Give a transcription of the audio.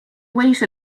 wait